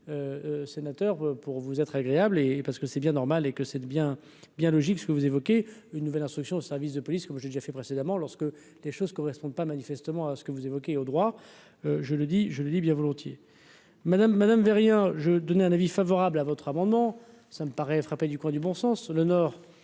Sénateur, pour vous être agréable et parce que c'est bien normal et que c'est bien bien logique, ce que vous évoquez une nouvelle instruction aux services de police comme j'ai déjà fait précédemment, lorsque des choses correspondent pas manifestement à ce que vous évoquez, au droit, je le dis, je le dis bien volontiers Madame madame je donné un avis favorable à votre amendement, ça me paraît frappée du coin du bon sens, le